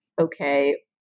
okay